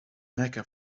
mecca